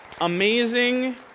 amazing